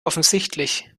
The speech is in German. offensichtlich